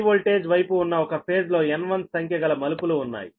high voltage వైపు ఉన్న ఒక ఫేజ్ లో N1సంఖ్యగల టర్న్స్ ఉన్నాయి